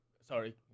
Sorry